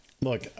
look